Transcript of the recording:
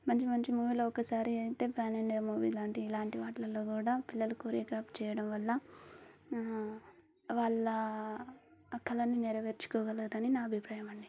మంచి మంచి మూవీలో ఒకసారి అయితే ప్యాన్ ఇండియా మూవీ లాంటి ఇలాంటి వాట్లల్లో కూడా పిల్లలు కొరియోగ్రాఫ్ చేయడం వల్ల వాళ్ళ కలను నెరవేర్చుకోగలరని నా అభిప్రాయమండి